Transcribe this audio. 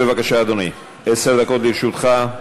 בבקשה, אדוני, עשר דקות לרשותך.